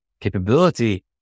capability